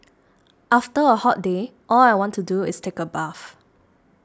after a hot day all I want to do is take a bath